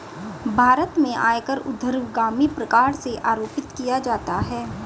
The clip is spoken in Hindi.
भारत में आयकर ऊर्ध्वगामी प्रकार से आरोपित किया जाता है